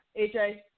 AJ